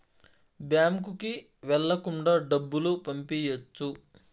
బ్యాంకుకి వెళ్ళకుండా డబ్బులు పంపియ్యొచ్చు